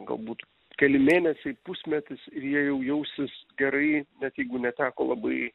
galbūt keli mėnesiai pusmetis ir jie jau jausis gerai net jeigu neteko labai